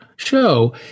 show